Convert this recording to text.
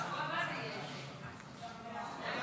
סעיפים 1